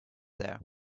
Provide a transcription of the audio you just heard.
there